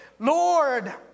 Lord